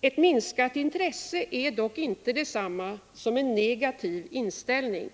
Ett minskat intresse är dock inte detsamma som en negativ inställning.